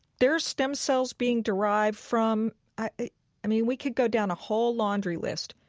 there are stem cells being derived from i i mean, we could go down a whole laundry list.